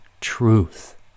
truth